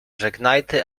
żegnajty